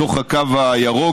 בתוך הקו הירוק,